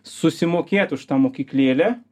susimokėt už tą mokyklėlę